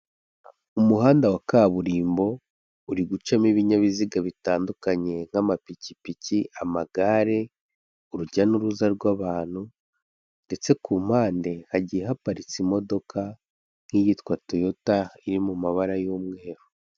Umuhanda wa kaburimbo uri gucamo ibinyabiziga bitandukanye, nk'amapikipiki, amagare urujya n'uruza rw'abantu ndetse ku mpande hagiye haparitse imodoka nk'iyitwa Toyota iri mu mabara y'umweru.